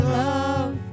love